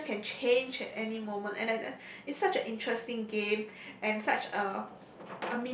the kitchen can change any moment and and it such a interesting and such a